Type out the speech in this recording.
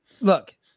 look